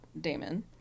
Damon